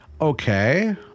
Okay